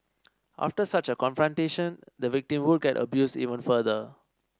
after such a confrontation the victim would get abused even further